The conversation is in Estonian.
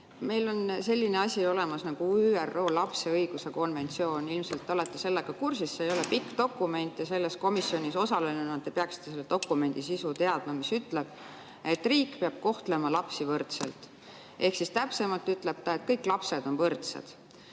Meil on selline asi olemas nagu ÜRO lapse õiguste konventsioon. Ilmselt te olete sellega kursis. See ei ole pikk dokument ja selles komisjonis osalenuna te peaksite selle dokumendi sisu teadma. See ütleb, et riik peab kohtlema lapsi võrdselt. Ehk siis täpsemalt ütleb ta, et kõik lapsed on võrdsed. Kas